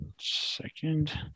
second